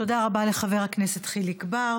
תודה רבה לחבר הכנסת חיליק בר.